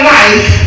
life